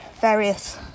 various